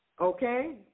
Okay